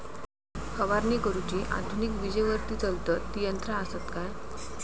फवारणी करुची आधुनिक विजेवरती चलतत ती यंत्रा आसत काय?